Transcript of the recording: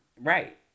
Right